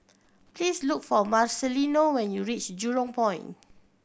please look for Marcelino when you reach Jurong Point